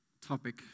topic